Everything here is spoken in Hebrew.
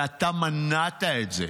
ואתה מנעת את זה